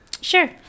Sure